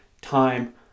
time